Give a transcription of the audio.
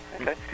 Okay